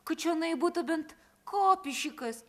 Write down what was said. kad čionai būtų bent kopišikas